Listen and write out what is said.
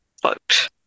Vote